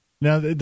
Now